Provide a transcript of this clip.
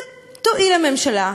תואיל הממשלה,